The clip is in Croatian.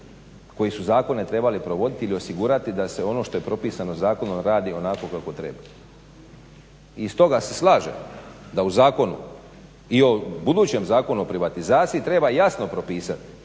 koji su zakone trebali provoditi ili osigurati da se ono što je propisano zakonom radi onako kako treba. I stoga se slažem da u zakonu i u budućem Zakonu o privatizaciji treba jasno propisati